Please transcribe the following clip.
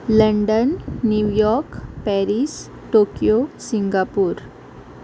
London New York Paris Tokyo Singapore